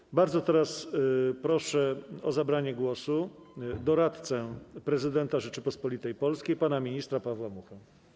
Teraz bardzo proszę o zabranie głosu doradcę prezydenta Rzeczypospolitej Polskiej pana ministra Pawła Muchę.